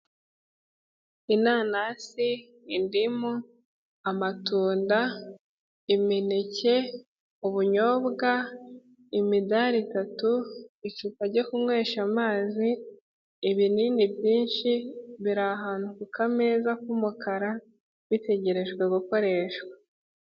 Inanasi, indimu, amatunda, imineke, ubunyobwa, imidari itatu, icupa ryo kunywesha amazi, ibinini byinshi biri ahantu ku kameza k'umukara bitegerejwe gukoreshwa.